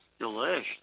delish